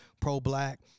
pro-black